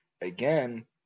Again